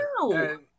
No